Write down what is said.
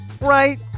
right